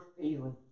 feeling